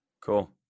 Cool